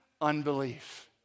unbelief